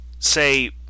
say